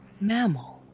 mammal